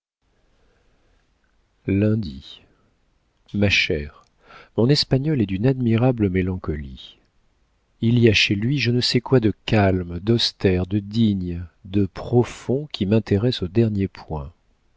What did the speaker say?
lundi ma chère mon espagnol est d'une admirable mélancolie il y a chez lui je ne sais quoi de calme d'austère de digne de profond qui m'intéresse au dernier point